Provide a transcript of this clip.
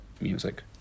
music